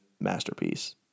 masterpiece